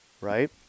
Right